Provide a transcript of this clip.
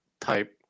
type